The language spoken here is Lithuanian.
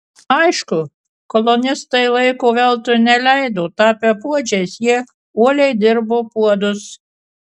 aišku kolonistai laiko veltui neleido tapę puodžiais jie uoliai dirbo puodus